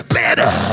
better